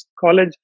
college